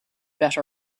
better